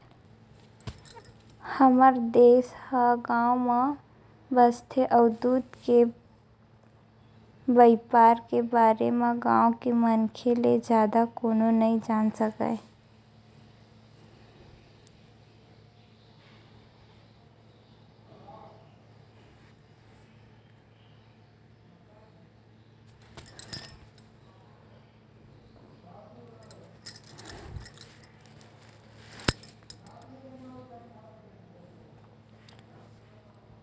हमर देस ह गाँव म बसथे अउ दूद के बइपार के बारे म गाँव के मनखे ले जादा कोनो नइ जान सकय